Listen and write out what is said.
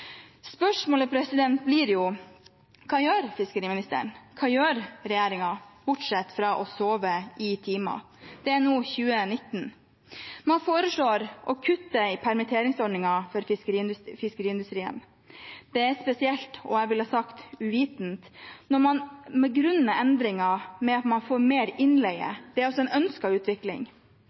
Spørsmålet blir jo: Hva gjør fiskeriministeren? Hva gjør regjeringen, bortsett fra å sove i timen? Det er nå 2019. Man foreslår å kutte i permitteringsordningen for fiskeriindustrien. Det er spesielt og jeg ville sagt uvitende når man begrunner endringen med at man får mer innleie. Det er altså en ønsket utvikling.